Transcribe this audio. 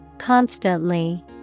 Constantly